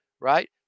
right